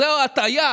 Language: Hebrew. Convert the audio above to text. זו הטעיה